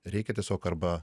reikia tiesiog arba